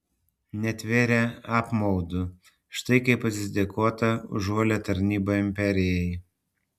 netvėrė apmaudu štai kaip atsidėkota už uolią tarnybą imperijai